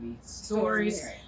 stories